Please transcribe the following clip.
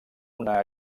una